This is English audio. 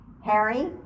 Harry